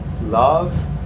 love